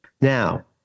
Now